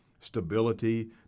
Stability